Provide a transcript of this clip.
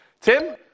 Tim